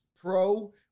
pro